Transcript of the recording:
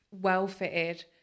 well-fitted